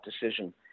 decision